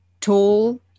tall